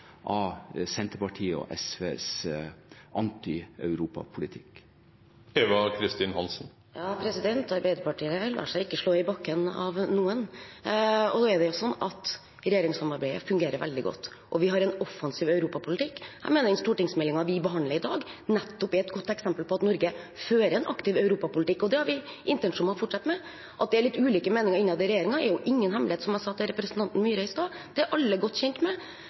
av noen. Regjeringssamarbeidet fungerer veldig godt, og vi har en offensiv europapolitikk. Jeg mener den stortingsmeldingen vi behandler i dag, nettopp er et godt eksempel på at Norge fører en aktiv europapolitikk, og det har vi intensjon om å fortsette med. At det er litt ulike meninger innad i regjeringen, er jo ingen hemmelighet, som jeg sa til representanten Myhre i stad, det er alle godt kjent med.